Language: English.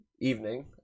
evening